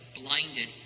blinded